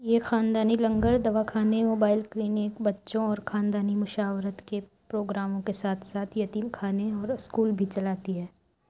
یہ خاندانی لنگر دواخانے موبائل کلینک بچوں اور خاندانی مشاورت کے پروگراموں کے ساتھ ساتھ یتیم خانے اور اسکول بھی چلاتی ہے